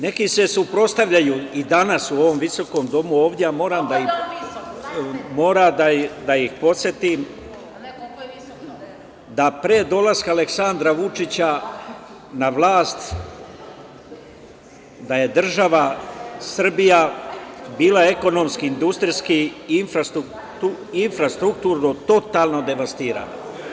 Neki se suprotstavljaju i danas u ovom visokom domu ovde i moram da ih podsetim da je, pre dolaska Aleksandra Vučića na vlast, država Srbija bila ekonomski, industrijski, infrastrukturno totalno devastirana.